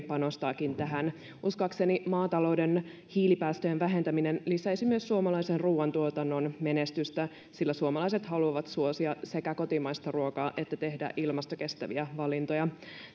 panostaa tähän uskoakseni maatalouden hiilipäästöjen vähentäminen lisäisi myös suomalaisen ruuantuotannon menestystä sillä suomalaiset haluavat suosia sekä kotimaista ruokaa että tehdä ilmastokestäviä valintoja